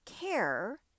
care